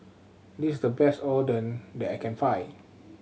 this is the best Oden that I can find